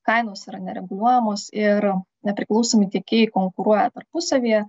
kainos yra nereguliuojamos ir nepriklausomi tiekėjai konkuruoja tarpusavyje